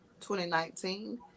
2019